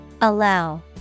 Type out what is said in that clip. Allow